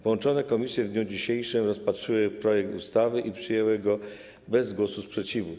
Połączone komisje w dniu dzisiejszym rozpatrzyły projekt ustawy i przyjęły go bez głosu sprzeciwu.